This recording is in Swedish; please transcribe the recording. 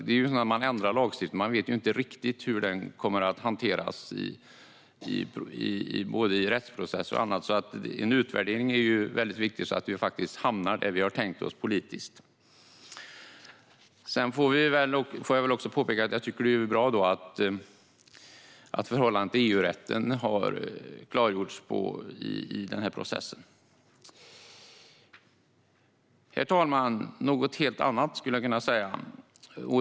När man ändrar lagstiftning vet man ju inte riktigt hur den kommer att hanteras i rättsprocesser och på andra håll. Det är därför väldigt viktigt med en utvärdering, så att vi faktiskt hamnar där vi har tänkt oss politiskt. Jag vill också påpeka att jag tycker att det är bra att förhållandet till EU-rätten har klargjorts i denna process. Herr talman! Nu till något helt annat.